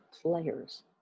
players